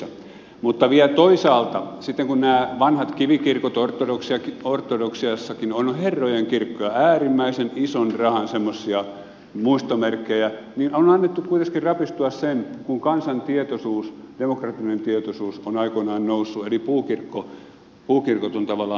mutta vielä toisaalta sitten kun ovat nämä vanhat kivikirkot ortodoksiassakin on herrojen kirkkoja äärimmäisen ison rahan semmoisia muistomerkkejä niin on annettu kuitenkin rapistua sen kun kansan demokraattinen tietoisuus on aikoinaan noussut eli puukirkot on tavallaan unohdettu